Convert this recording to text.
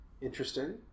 Interesting